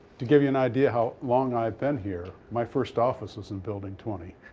to give you an idea how long i've been here, my first office was in building twenty.